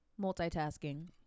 multitasking